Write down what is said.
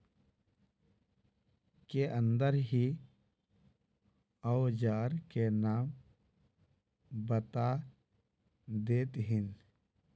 के अंदर ही औजार के नाम बता देतहिन?